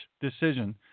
decision